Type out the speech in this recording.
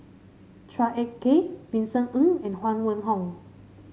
Chua Ek Kay Vincent Ng and Huang Wenhong